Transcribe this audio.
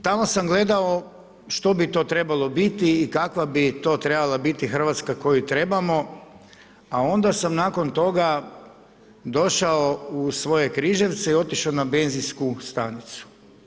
Kada sam, danas sam gledao što bi to trebalo biti i kakva bi to trebala biti Hrvatska koju trebamo a onda sam nakon toga došao u svoje Križevce i otišao na benzinsku stanicu.